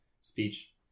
speech